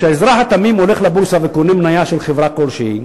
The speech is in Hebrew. כשאזרח תמים הולך לבורסה וקונה מניה של חברה כלשהי,